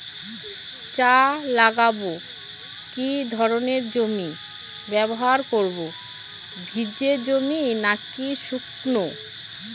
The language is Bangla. চা লাগাবো কি ধরনের জমি ব্যবহার করব ভিজে জমি নাকি শুকনো?